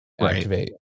activate